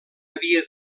havia